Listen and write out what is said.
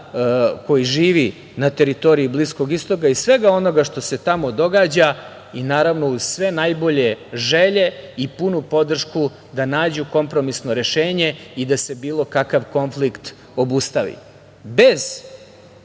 koji živi na teritoriji Bliskog istoka i svega onoga što se tamo događa i naravno uz sve najbolje želje i punu podršku da nađu kompromisno rešenje i da se bilo kakav konflikt obustavi,